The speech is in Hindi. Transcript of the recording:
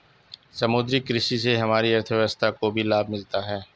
समुद्री कृषि से हमारी अर्थव्यवस्था को भी लाभ मिला है